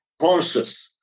conscious